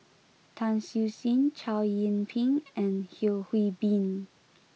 Tan Siew Sin Chow Yian Ping and Yeo Hwee Bin